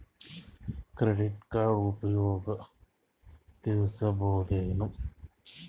Credit card ಉಪಯೋಗ ತಿಳಸಬಹುದೇನು?